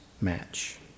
match